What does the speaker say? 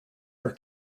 are